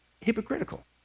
hypocritical